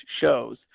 shows